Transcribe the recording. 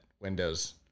windows